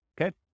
Okay